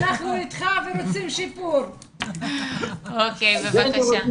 4. אני למשל רשות בסוציו 5. איך אפשר לומר